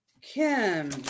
Kim